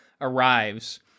arrives